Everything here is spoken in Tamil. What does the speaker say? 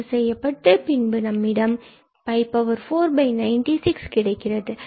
ரத்து செய்யப்பட்டு நமக்கு 496 கிடைக்கிறது